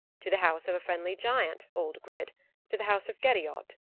to the house of a friendly giant, old grid to the house of gerriod.